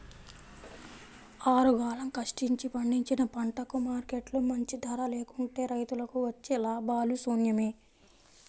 ఆరుగాలం కష్టించి పండించిన పంటకు మార్కెట్లో మంచి ధర లేకుంటే రైతులకు వచ్చే లాభాలు శూన్యమే